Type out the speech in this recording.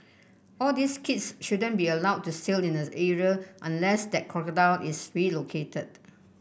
all these kids shouldn't be allowed to sail in this area unless that crocodile is relocated